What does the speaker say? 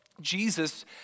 Jesus